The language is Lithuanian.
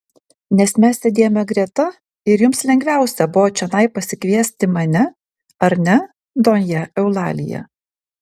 nes mes sėdėjome greta ir jums lengviausia buvo čionai pasikviesti mane ar ne donja eulalija